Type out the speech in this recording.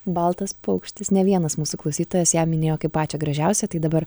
baltas paukštis ne vienas mūsų klausytojas ją minėjo kaip pačią gražiausią tai dabar